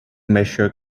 measure